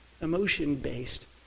emotion-based